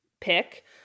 pick